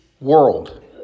world